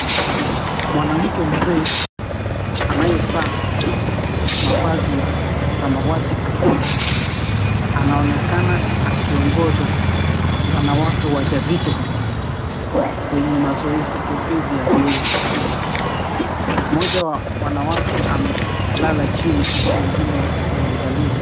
Mwanamke mzee anayevaa mavazi ya samawati hafifu anaonekana akiongoza wanawake wajazito kwenye mazoezi pembezi ya viungo. Moja wa wanawake amelala chini uku wengine wakiwaangalia.